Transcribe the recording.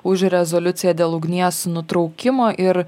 už rezoliuciją dėl ugnies nutraukimo ir